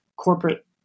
corporate